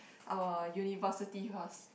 our university first